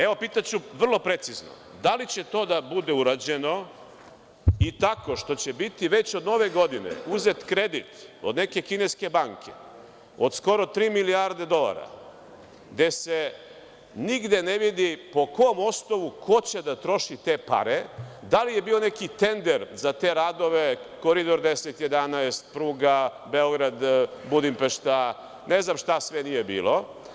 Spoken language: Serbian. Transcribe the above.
Evo, pitaću vrlo precizno – da li će to da bude urađeno i tako što će biti već od nove godine uzet kredit od neke kineske banke od skoro tri milijarde dolara, gde se nigde ne vidi po kom osnovu, ko će da troši te pare, da li je bio neki tender za te radove, Koridor 10, 11, pruga Beograd-Budimpešta, ne znam šta sve nije bilo?